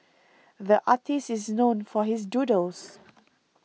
the artist is known for his doodles